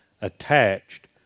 attached